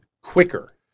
quicker